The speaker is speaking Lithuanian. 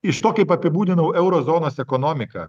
iš to kaip apibūdinau euro zonos ekonomiką